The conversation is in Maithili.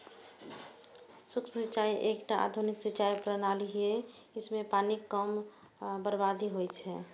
सूक्ष्म सिंचाइ एकटा आधुनिक सिंचाइ प्रणाली छियै, जइमे पानिक कम बर्बादी होइ छै